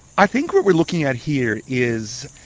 i think what we're looking at here is